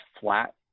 flat